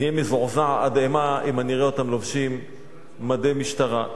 אני אהיה מזועזע עד אימה אם אני אראה אותם לובשים מדי משטרה.